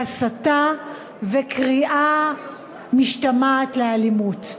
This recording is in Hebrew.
הסתה וקריאה משתמעת לאלימות.